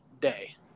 day